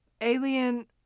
Alien